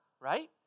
right